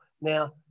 Now